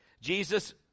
jesus